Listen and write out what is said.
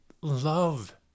love